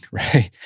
right?